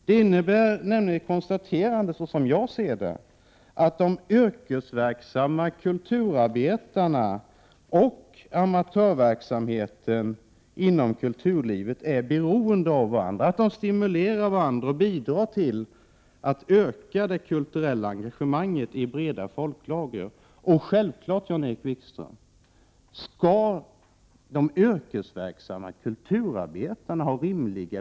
Som jag ser saken innebär denna målsättning att de yrkesverksamma kulturarbetarna och även amatörverksamheten inom kulturlivet är beroende av varandra. Dessa stimulerar varandra och bidrar till att öka det kulturella engagemanget hos den breda massan av folket. Naturligtvis, Jan-Erik Wikström, skall villkoren för de yrkesverksamma kulturarbetarna vara rimliga.